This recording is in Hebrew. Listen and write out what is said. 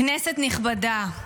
כנסת נכבדה,